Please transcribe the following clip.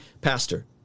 pastor